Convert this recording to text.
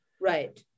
Right